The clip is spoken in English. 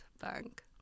bank